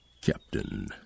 Captain